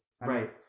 right